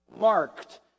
marked